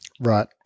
Right